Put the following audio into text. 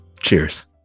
Cheers